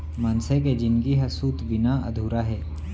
मनसे के जिनगी ह सूत बिना अधूरा हे